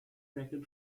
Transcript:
racket